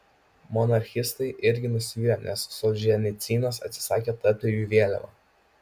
monarchistai irgi nusivylę nes solženicynas atsisakė tapti jų vėliava